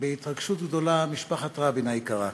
בהתרגשות גדולה, משפחת רבין היקרה,